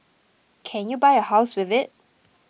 can you buy a house with it